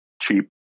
cheap